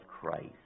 Christ